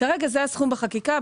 כרגע זה הסכום בחקיקה.